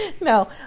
no